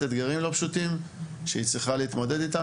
אתגרים לא פשוטים שהיא צריכה להתמודד איתם.